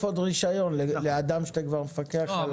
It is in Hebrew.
עוד רישיון לאדם שאתה כבר מפקח עליו.